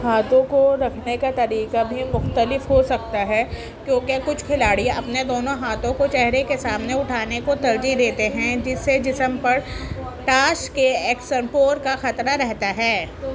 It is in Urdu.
ہاتھوں کو رکھنے کا طریقہ بھی مختلف ہو سکتا ہے کیونکہ کچھ کھلاڑی اپنے دونوں ہاتھوں کو چہرے کے سامنے اُٹھانے کو ترجیح دیتے ہیں جس سے جسم پر تاش کے اکسٹمپور کا خطرہ رہتا ہے